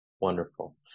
Wonderful